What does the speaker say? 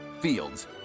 Fields